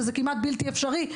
מה שכמעט בלתי אפשרי,